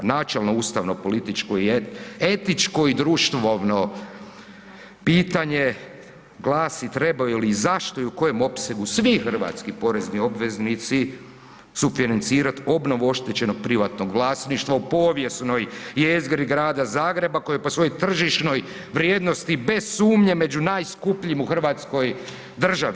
Načelno ustavno političko i etičko i društvovno pitanje glasi, trebaju li i zašto i u kojem opsegu svi hrvatski porezni obveznici sufinancirat obnovu oštećenog privatnog vlasništva u povijesnoj jezgri Grada Zagreba koja je po svojoj tržišnoj vrijednosti bez sumnje među najskupljim u hrvatskoj državi?